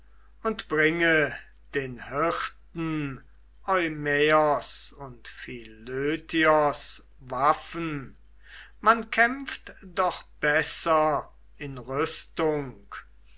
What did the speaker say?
und bringe den hirten eumaios und philötios waffen man kämpft doch besser in rüstung